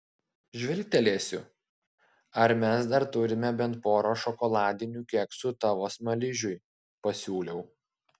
žvilgtelėsiu ar mes dar turime bent porą šokoladinių keksų tavo smaližiui pasiūliau